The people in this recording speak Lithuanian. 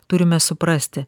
turime suprasti